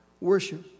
worship